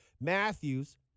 Matthews